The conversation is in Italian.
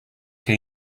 che